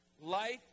life